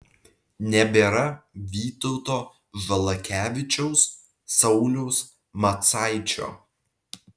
nebėra vytauto žalakevičiaus sauliaus macaičio